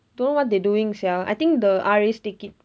don't know what they doing sia I think the R_As take it